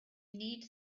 need